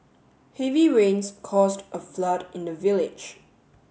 heavy rains caused a flood in the village